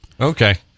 okay